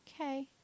Okay